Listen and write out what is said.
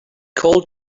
called